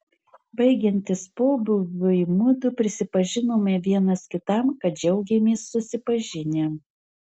baigiantis pobūviui mudu prisipažinome vienas kitam kad džiaugėmės susipažinę